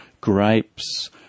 grapes